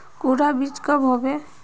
कुंडा बीज कब होबे?